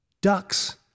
ducks